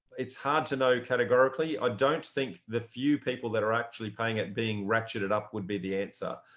it's hard to know categorically i don't think the few people that are actually paying it being ratcheted up would be the answer.